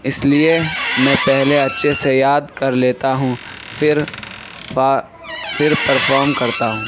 اس لیے میں پہلے اچھے سے یاد کر لیتا ہوں پھر پرفارم کرتا ہوں